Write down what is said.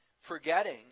forgetting